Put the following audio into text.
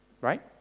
right